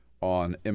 on